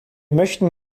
möchten